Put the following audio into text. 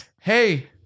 hey